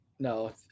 No